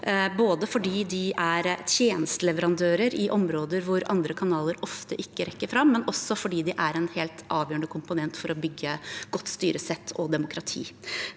De er både tjenesteleverandører i områder hvor andre kanaler ofte ikke rekker fram, og en helt avgjørende komponent for å bygge godt styresett og demokrati.